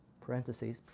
parentheses